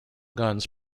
guns